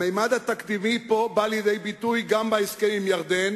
הממד התקדימי פה בא לידי ביטוי גם בהסכם עם ירדן